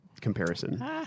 comparison